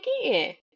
again